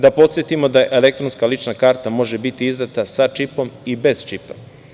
Da podsetimo da elektronska lična karta može biti izdata sa čipom i bez čipa.